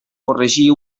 corregir